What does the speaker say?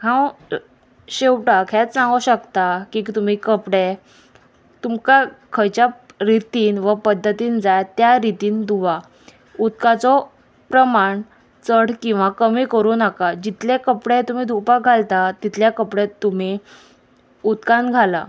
हांव शेवटाक हेंच सांगूं शकता की तुमी कपडे तुमकां खंयच्या रितीन व पद्दतीन जाय त्या रितीन धुवा उदकाचो प्रमाण चड किंवा कमी करूं नाका जितले कपडे तुमी धुवपाक घालता तितले कपडे तुमी उदकान घाला